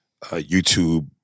YouTube